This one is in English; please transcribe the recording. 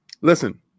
listen